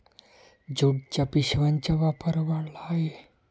ज्यूटच्या पिशव्यांचा वापर वाढला आहे